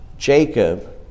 Jacob